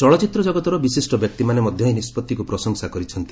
ଚଳଚ୍ଚିତ୍ର କଗତର ବିଶିଷ୍ଟ ବ୍ୟକ୍ତିମାନେ ମଧ୍ୟ ଏହି ନିଷ୍କଭିକୁ ପ୍ରଶଂସା କରିଛନ୍ତି